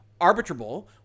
arbitrable